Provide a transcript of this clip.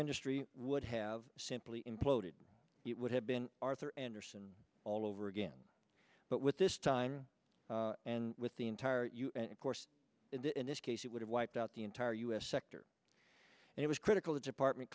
industry would have simply imploded it would have been arthur andersen all over again but with this time and with the entire course in this case it would have wiped out the entire us sector and it was critical the department